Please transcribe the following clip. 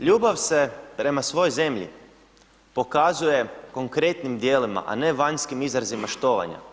Ljubav se prema svojoj zemlji pokazuje konkretnim djelima, a ne vanjskim izrazima štovanja.